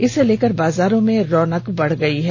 इसे लेकर बाजारों में रौनक बढ़ गयी है